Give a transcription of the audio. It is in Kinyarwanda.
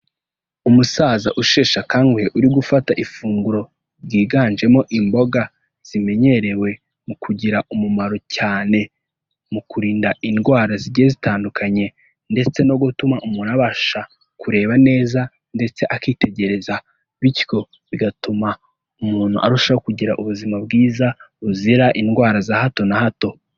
Umusaza usheshakanguhe uri gufata ifunguro yiganjemo imboga zimenyerewe mu kugira umumaro cyane mu kurinda indwara zigiye zitandukanye ndetse no gutuma umuntu abasha kureba neza ndetse akitegereza bityo bigatuma umuntu arushaho kugira ubuzima bwiza buzira indwara za hato na hato.